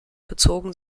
bezogen